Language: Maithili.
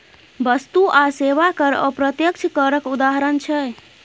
बस्तु आ सेबा कर अप्रत्यक्ष करक उदाहरण छै